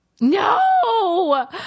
no